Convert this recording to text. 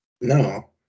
No